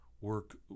work